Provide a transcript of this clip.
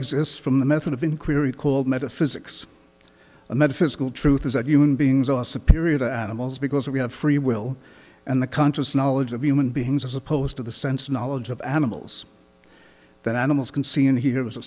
exists from the method of inquiry called metaphysics a metaphysical truth is that human beings are superior to animals because we have free will and the conscious knowledge of human beings as opposed to the sense knowledge of animals that animals can see and hear was a